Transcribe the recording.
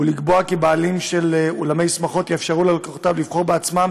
ולקבוע כי בעלים של אולמי שמחות יאפשרו ללקוחותיהם לבחור בעצמם